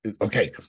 Okay